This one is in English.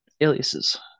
aliases